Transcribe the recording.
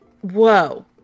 whoa